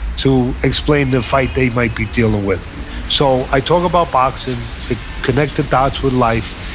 to explain the fight they might be dealing with so i talk about boxing. i connect the dots with life.